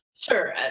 Sure